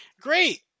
Great